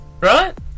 right